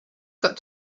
got